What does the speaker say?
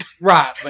Right